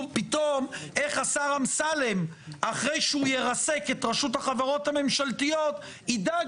פתאום איך השר אמסלם אחרי שהוא ירסק את רשות החברות הממשלתיות ידאג